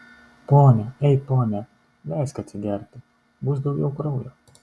pone ei pone leisk atsigerti bus daugiau kraujo